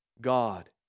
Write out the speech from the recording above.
God